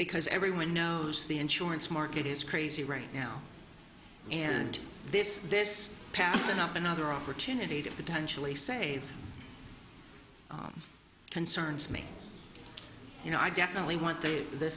because everyone knows the insurance market is crazy right now and this this passion up another opportunity to potentially save concerns me you know i definitely want to the